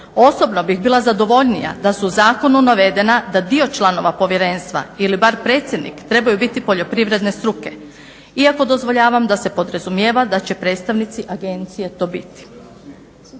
osobno bih bila zadovoljnija da su u zakonu navedena da dio članova povjerenstva ili bar predsjednik trebaju biti poljoprivredne struke iako dozvoljavam da se podrazumijeva da će predstavnici agencije to biti.